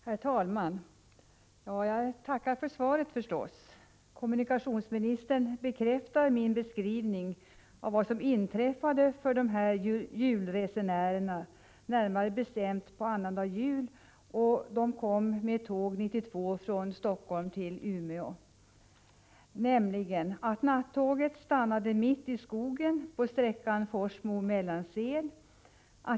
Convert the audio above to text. Herr talman! Jag tackar för svaret. Kommunikationsministern bekräftar min beskrivning av vad som hände julresenärerna med tåg 92 från Helsingfors till Umeå annandag jul. Nattåget stannade mitt i skogen på sträckan Forsmo-Mellansel.